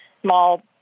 small